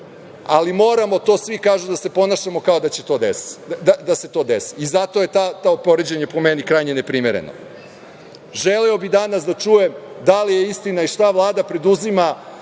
Ali, moramo, to svi kažu, da se ponašamo kao da će se to desiti. Zato je to poređenje, po meni, krajnje neprimereno. Želeo bih danas da čujem da li je istina i šta Vlada preduzima